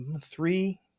three